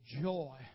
joy